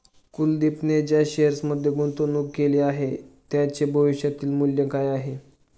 कुलदीपने ज्या शेअर्समध्ये गुंतवणूक केली आहे, त्यांचे भविष्यातील मूल्य काय आहे?